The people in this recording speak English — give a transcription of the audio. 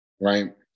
right